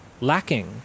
Lacking